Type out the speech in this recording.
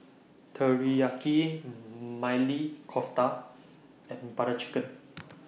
Teriyaki Maili Kofta and Butter Chicken